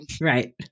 Right